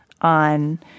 on